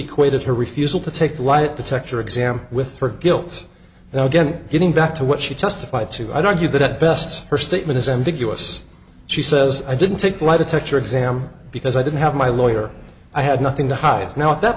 equated her refusal to take a lie detector exam with her guilt now again getting back to what she testified to i don't you that at best her statement is ambiguous she says i didn't take lie detector exam because i didn't have my lawyer i had nothing to hide now at that